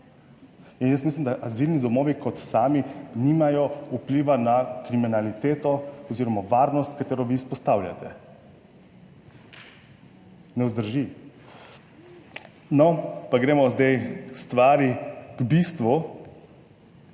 mislim, da azilni domovi kot sami nimajo vpliva na kriminaliteto oziroma varnost, katero vi izpostavljate. Ne vzdrži. No, pa gremo zdaj k stvari, k bistvu,